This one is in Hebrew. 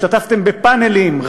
השתתפתם בפאנלים,